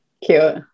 Cute